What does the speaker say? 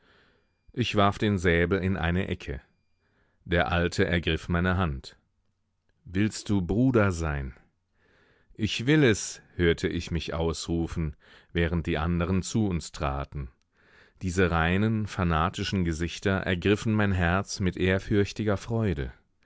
ich warf den säbel in eine ecke der alte ergriff meine hand willst du bruder sein ich will es hörte ich mich ausrufen während die anderen zu uns traten diese reinen fanatischen gesichter ergriffen mein herz mit ehrfürchtiger freude